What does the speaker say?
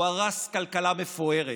הוא הרס כלכלה מפוארת,